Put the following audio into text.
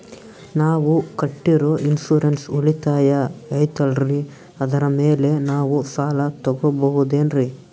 ನಾವು ಕಟ್ಟಿರೋ ಇನ್ಸೂರೆನ್ಸ್ ಉಳಿತಾಯ ಐತಾಲ್ರಿ ಅದರ ಮೇಲೆ ನಾವು ಸಾಲ ತಗೋಬಹುದೇನ್ರಿ?